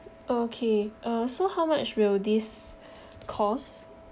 okay uh so how much will this cost